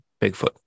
Bigfoot